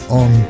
on